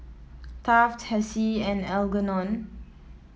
Taft Hessie and Algernon